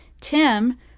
Tim